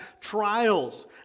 trials